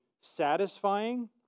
satisfying